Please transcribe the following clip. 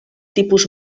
tipus